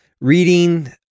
reading